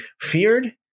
feared